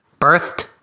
birthed